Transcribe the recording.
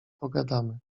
pogadamy